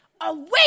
away